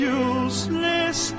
useless